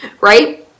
right